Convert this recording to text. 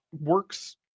works